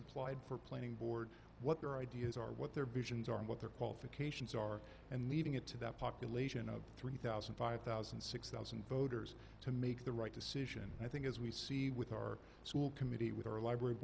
applied for planning board what their ideas are what their visions are and what their qualifications are and leaving it to that population of three thousand five thousand six thousand voters to make the right decision and i think as we see with our school committee with our library